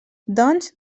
doncs